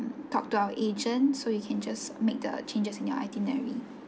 talk to our agent so we can just make the changes in your itinerary